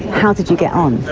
how did you get on?